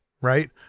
right